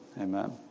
amen